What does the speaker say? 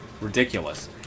Ridiculous